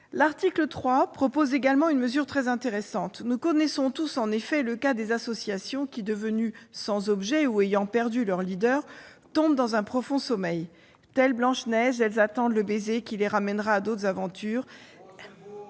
L'article 3 propose également une mesure très intéressante. Nous connaissons tous, en effet, le cas des associations, qui, devenues « sans objet » ou ayant perdu leurs leaders, tombent dans un profond sommeil. Telle Blanche-Neige, elles attendent le baiser qui les ramènera à d'autres aventures.